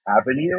avenue